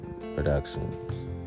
productions